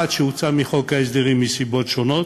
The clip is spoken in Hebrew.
אחד שהוצא מחוק ההסדרים, מסיבות שונות,